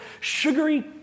sugary